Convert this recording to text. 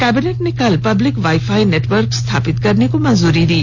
cabinet ने कल public wifi network स्थापित करने को मंजूरी दी